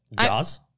Jaws